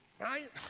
Right